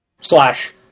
Slash